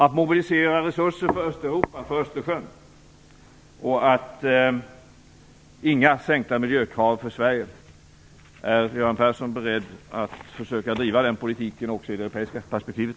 Vi måste mobilisera resurser för Östeuropa och för Östersjön. Och vidare: Inga sänkta miljökrav för Sverige. Är Göran Persson beredd att driva den politiken också i det europeiska perspektivet?